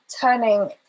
turning